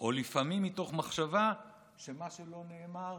או לפעמים מתוך מחשבה שמה שלא נאמר